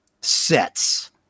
sets